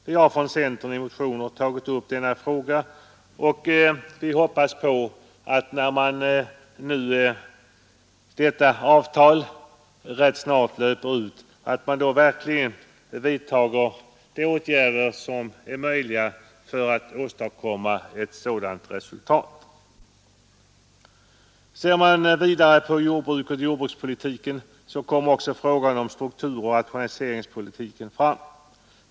Vi har från centern tagit upp denna fråga i motioner, och vi hoppas att man när avtalet snart löper ut verkligen vidtar de åtgärder som är möjliga för att åstadkomma ett sådant resultat. Ser man vidare på jordbruket och jordbrukspolitiken, så kommer också frågan upp om strukturoch rationaliseringspolitiken.